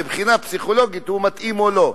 מבחינה פסיכולוגית הוא מתאים או לא.